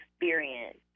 experience